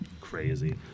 crazy